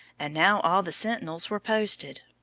and now all the sentinels were posted.